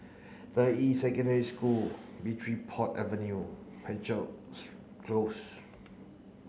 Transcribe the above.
Deyi Secondary School Bridport Avenue Close